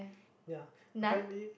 ya apparently